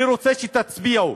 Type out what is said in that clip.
אני רוצה שתצביעו.